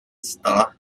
setelah